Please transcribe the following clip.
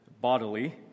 bodily